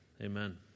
Amen